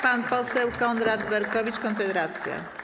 Pan poseł Konrad Berkowicz, Konfederacja.